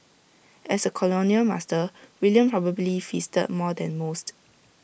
as A colonial master William probably feasted more than most